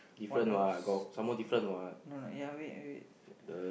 what else no no ya wait wait